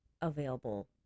available